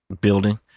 building